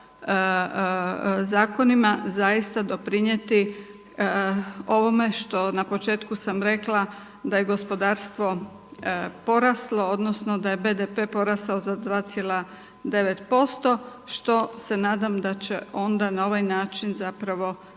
zaista doprinijeti ovome što na početku sam rekla da je gospodarstvo poraslo odnosno da je BDP porastao za 2,9 posto što se nadam da će onda na ovaj način zapravo